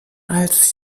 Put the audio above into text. als